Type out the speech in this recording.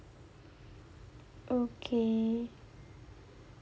okay